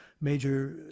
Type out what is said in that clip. major